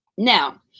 Now